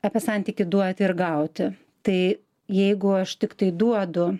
apie santykį duoti ir gauti tai jeigu aš tiktai duodu